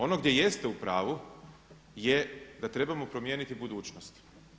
Ono gdje jeste u pravu je da trebamo promijeniti budućnost.